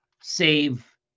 save